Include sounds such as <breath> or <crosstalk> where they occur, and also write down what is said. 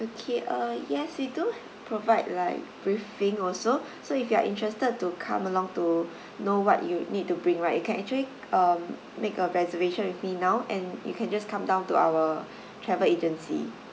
okay uh yes we do h~ provide like briefing also <breath> so if you are interested to come along to <breath> know what you need to bring right you can actually um make a reservation with me now and you can just come down to our <breath> travel agency